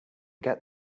get